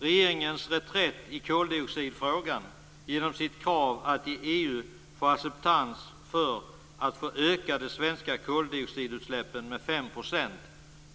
Regeringens reträtt i koldioxidfrågan, genom sitt krav om att i EU få acceptans för att få öka de svenska koldioxidutsläppen med 5 %,